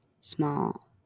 small